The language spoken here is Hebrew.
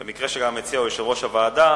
ובמקרה גם המציע הוא יושב-ראש הוועדה.